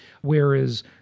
Whereas